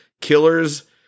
Killers